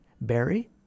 Barry